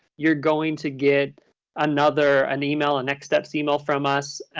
you're going to get another an email, a next steps email from us,